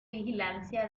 vigilancia